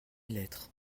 lettres